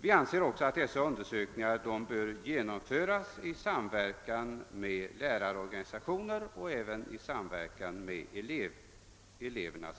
Vi anser också att dessa undersökningar bör genomföras i samverkan med lärarorganisationer och representanter för eleverna.